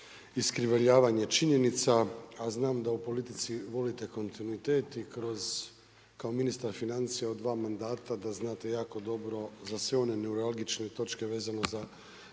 iskrivljavanje činjenica, a znam da u politici volite kontinuitet i kroz kao ministar financija u dva mandata da znate jako dobro za sve one neuralgične točke vezano za